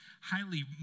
highly